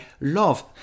love